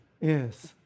Yes